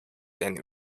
and